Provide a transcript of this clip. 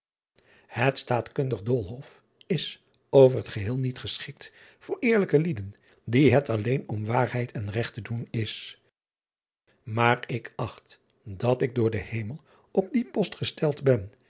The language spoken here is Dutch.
et taatkundig doolhof is over het geheel niet geschikt voor eerlijke lieden dien het alleen om waarheid en regt te doen is aar ik acht dat ik door den emel op dien post gesteld ben